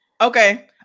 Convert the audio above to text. okay